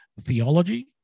theology